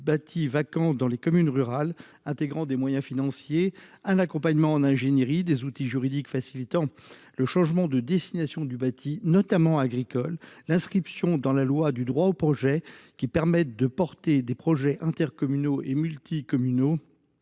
bâti vacant dans les communes rurales, intégrant des moyens financiers, un accompagnement en ingénierie, des outils juridiques facilitant le changement de destination du bâti, notamment agricole, l'inscription dans la loi d'un « droit au projet » autorisant le portage de projets d'intérêt communal ou multicommunal.